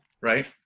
right